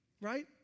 Right